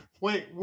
wait